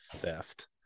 theft